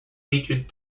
featured